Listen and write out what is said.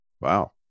wow